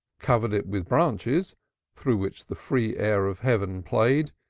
covered it with branches through which the free air of heaven played,